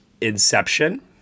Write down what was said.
Inception